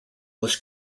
was